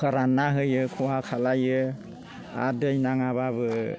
फोरानना होयो खहा खालायो आरो दै नाङाब्लाबो